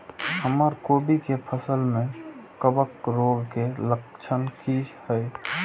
हमर कोबी के फसल में कवक रोग के लक्षण की हय?